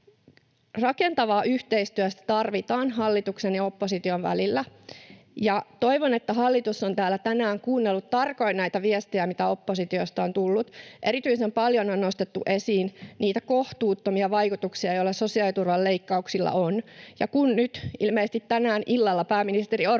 Rakentavaa yhteistyötä tarvitaan hallituksen ja opposition välillä, ja toivon, että hallitus on täällä tänään kuunnellut tarkoin näitä viestejä, mitä oppositiosta on tullut. Erityisen paljon on nostettu esiin niitä kohtuuttomia vaikutuksia, joita sosiaaliturvan leikkauksilla on, ja kun nyt ilmeisesti tänään illalla pääministeri Orpo